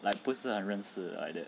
like 不是认识 like that